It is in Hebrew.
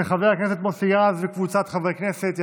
של חבר הכנסת מוסי רז וקבוצת חברי הכנסת.